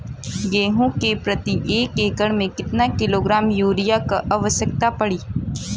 गेहूँ के प्रति एक एकड़ में कितना किलोग्राम युरिया क आवश्यकता पड़ी?